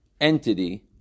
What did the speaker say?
entity